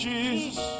Jesus